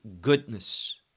goodness